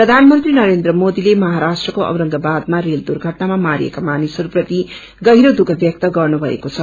प्रघानमंत्री नरेन्द्र मोदीले मझराष्ट्रको औरंगाबादमा रेल दुर्घटनामा मारिएका मानिसहरूप्रति गहिरो दुख व्यक्त गर्नुभएको छ